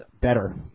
better